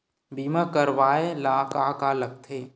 बीमा करवाय ला का का लगथे?